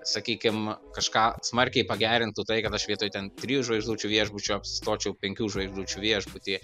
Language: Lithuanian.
sakykim kažką smarkiai pagerintų tai kad aš vietoj ten trijų žvaigždučių viešbučio apsistočiau penkių žvaigždučių viešbuty